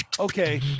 Okay